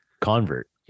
convert